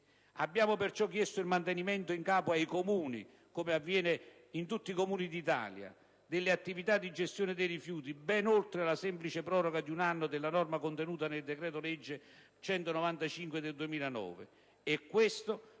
Abbiamo perciò chiesto il mantenimento in capo ai Comuni - come avviene in tutti i Comuni d'Italia - delle attività di gestione dei rifiuti, ben oltre la semplice proroga di un anno della norma contenuta nel decreto‑legge n. 195 del 2009.